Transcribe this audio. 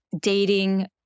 dating